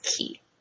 key